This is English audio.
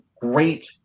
great